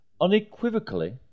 unequivocally